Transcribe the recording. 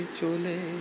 chole